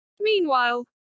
Meanwhile